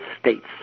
states